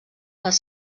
les